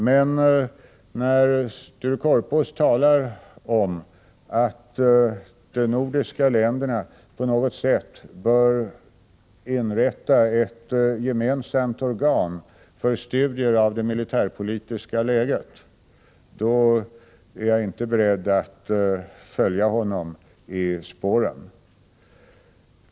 Men när Sture Korpås talar om att de nordiska länderna på något sätt bör inrätta ett gemensamt organ för studier av det militärpolitiska läget är jag inte beredd att följa honom i spåren.